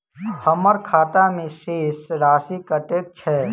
हम्मर खाता मे शेष राशि कतेक छैय?